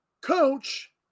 coach